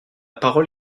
parole